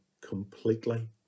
completely